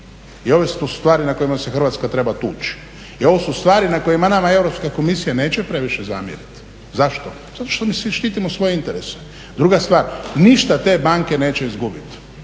i ove su tu stvari na kojima se Hrvatska treba tući i ovo su stvari na koje nama Europska komisija neće previše zamjeriti. Zašto? Zato što mi štitimo svoje interese. Druga stvar, ništa te banke neće izgubiti,